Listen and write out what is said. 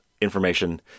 information